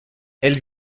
elle